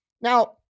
Now